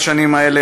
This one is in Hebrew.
בשנים האלה.